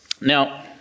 Now